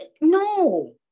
No